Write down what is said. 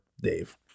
Dave